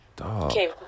Okay